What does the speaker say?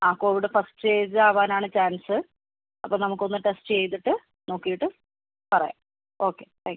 Covid first stage ആകാൻ ആണ് chance അപ്പോൾ നമുക്കൊന്ന് ടെസ്റ്റ് ചെയ്തിട്ട് നോക്കിയിട്ട് പറയാം ഓക്കെ താങ്ക്യൂ